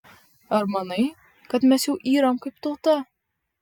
ar manai kad mes jau yram kaip tauta